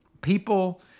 people